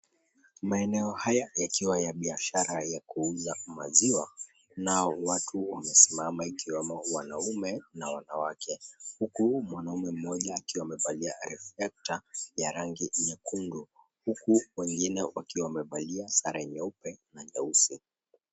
Maeneo haya yakiwa ya biashara ya kuuza maziwa na watu wamesimama ikiwemo wanaume na wanawake. Huku mwanaume mmoja akiwa amevalia reflector ya rangi nyekundu. Huku wengine wakiwa wamevalia sare nyeupe na nyeusi.